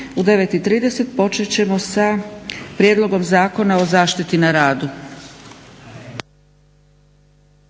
U 9,30 počet ćemo sa Prijedlogom zakona o zaštiti na radu.